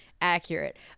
accurate